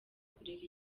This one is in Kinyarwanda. kureka